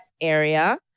area